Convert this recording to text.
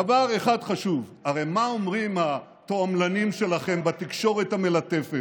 דבר אחד חשוב: הרי מה אומרים התועמלנים שלכם בתקשורת המלטפת?